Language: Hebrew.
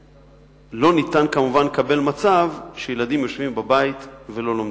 לא ניתן לקבל מצב שילדים יושבים בבית ולא לומדים.